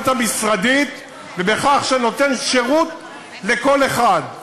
המשרדית ובכך שאני נותן שירות לכל אחד.